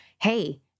hey